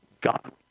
God